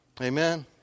Amen